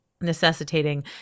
necessitating